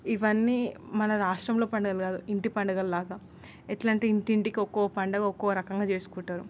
ఇవన్నీ మన రాష్ట్రంలో పండుగలు కాదు ఇంటి పండుగలు లాగా ఎట్లా అంటే ఇంటింటికి ఒక్కొక్క పండుగ ఒక్కో రకంగా చేసుకుంటారు